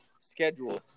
schedule